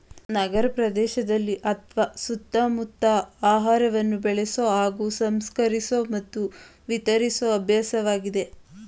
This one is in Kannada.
ನಗರಪ್ರದೇಶದಲ್ಲಿ ಅತ್ವ ಸುತ್ತಮುತ್ತ ಆಹಾರವನ್ನು ಬೆಳೆಸೊ ಹಾಗೂ ಸಂಸ್ಕರಿಸೊ ಮತ್ತು ವಿತರಿಸೊ ಅಭ್ಯಾಸವಾಗಿದೆ